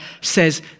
says